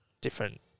different